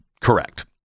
Correct